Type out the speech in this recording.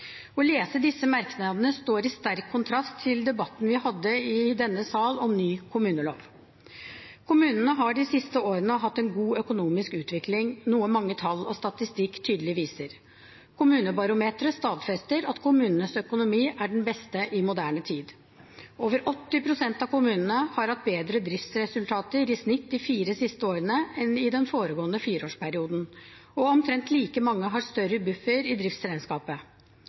Å lese disse merknadene står i sterk kontrast til debatten vi hadde i denne sal om ny kommunelov. Kommunene har de siste årene hatt en god økonomisk utvikling, noe mange tall og statistikk tydelig viser. Kommunebarometeret stadfester at kommunenes økonomi er den beste i moderne tid. Over 80 pst. av kommunene har hatt bedre driftsresultater i snitt de fire siste årene enn i den foregående fireårsperioden. Omtrent like mange har større buffer i driftsregnskapet.